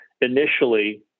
initially